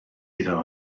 iddo